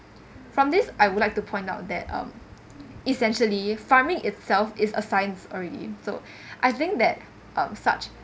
from this I would like to point out that um essentially farming itself is a science already so I think that um such